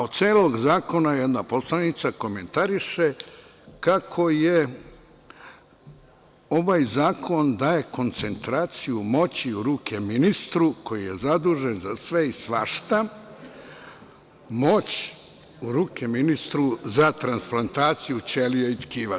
Od celog zakona, jedna poslanica komentariše kako ovaj zakon daje koncentraciju moći u ruke ministru koji je zadužen za sve i svašta, moć u ruke ministru za transplantaciju ćelija i tkiva.